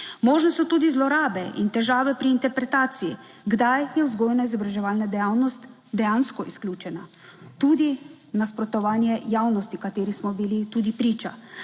Možne so tudi zlorabe in težave pri interpretaciji, kdaj je vzgojno izobraževalna dejavnost dejansko izključena. Tudi nasprotovanje javnosti, kateri smo bili tudi priča.